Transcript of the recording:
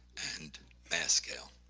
and mass scale.